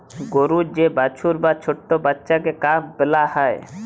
গরুর যে বাছুর বা ছট্ট বাচ্চাকে কাফ ব্যলা হ্যয়